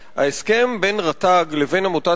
ההסכם בין רשות הטבע והגנים